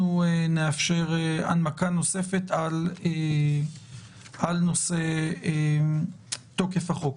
נאפשר הנמקה נוספת על נושא תוקף החוק.